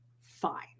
Fine